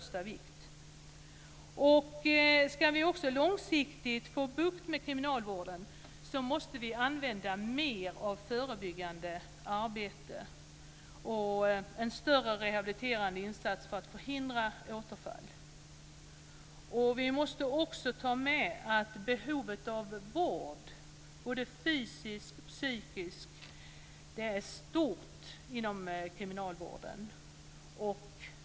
Ska vi långsiktigt få bukt med kriminalvården måste vi använda mer av förebyggande arbete och göra en större rehabiliteringsinsats för att förhindra återfall. Behovet av både fysisk och psykisk vård är stort inom kriminalvården.